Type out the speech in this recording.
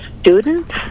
students